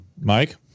Mike